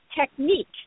technique